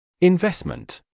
Investment